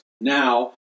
now